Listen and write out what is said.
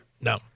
No